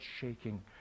shaking